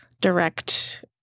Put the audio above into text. direct